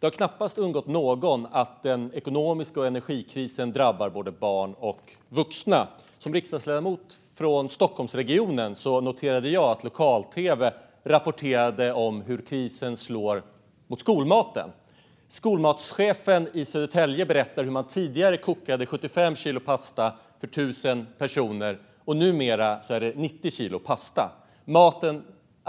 Det har knappast undgått någon att den ekonomiska krisen och energikrisen drabbar både barn och vuxna. Som riksdagsledamot från Stockholmsregionen noterade jag att lokal-tv rapporterade om hur krisen slår mot skolmaten. Skolmatschefen i Södertälje berättade att man tidigare kokade 75 kilo pasta till 1 000 personer, och numera är det 90 kilo pasta.